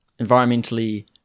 environmentally